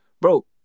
Bro